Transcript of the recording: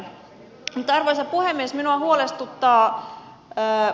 mutta arvoisa puhemies minua huolestuttaa pöö